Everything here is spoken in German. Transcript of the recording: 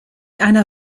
einer